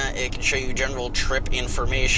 ah it can show you general trip information